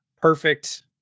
perfect